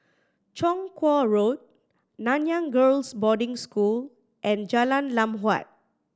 Chong Kuo Road Nanyang Girls' Boarding School and Jalan Lam Huat